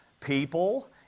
people